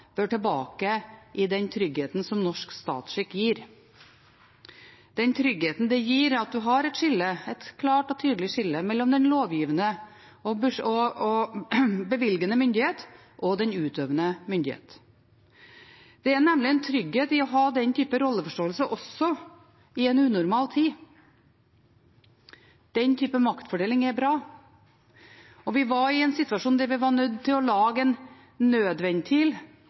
bør gå tilbake til den tryggheten som norsk statsskikk gir – den tryggheten det gir at en har et klart og tydelig skille mellom den lovgivende og bevilgende myndighet og den utøvende myndighet. Det er nemlig en trygghet i å ha den typen rolleforståelse også i en unormal tid. Den typen maktfordeling er bra. Vi var i en situasjon der vi var nødt til å lage en nødventil,